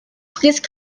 please